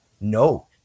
No